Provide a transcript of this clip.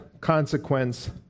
consequence